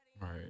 Right